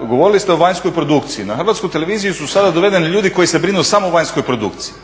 Govorili ste o vanjskoj produkciji. Na HRT su sada dovedeni ljudi koji se brinu samo o vanjskoj produkciji.